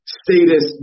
status